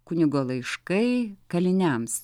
kunigo laiškai kaliniams